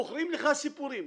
מוכרים לך סיפורים,